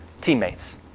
teammates